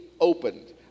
opened